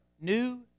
new